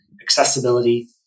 Accessibility